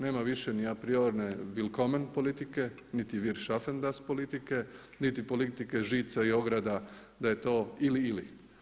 Nema više ni apriorne willkomen politike niti … [[ne razumije se.]] politike niti politike žica i ograda da je to ili/ili.